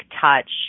touch